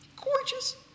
Gorgeous